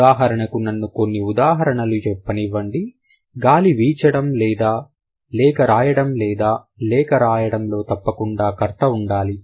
ఉదాహరణకు నన్ను కొన్ని ఉదాహరణలు చెప్పనివ్వండి గాలి వీచడం లేదా లేఖ వ్రాయడం లేఖ వ్రాయడంలో తప్పకుండా కర్త ఉండాలి